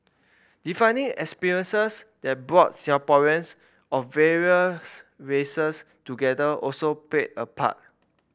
defining experiences that brought Singaporeans of various races together also played a part